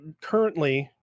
currently